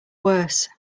worse